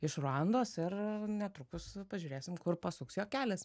iš ruandos ir netrukus pažiūrėsim kur pasuks jo kelias